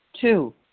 Two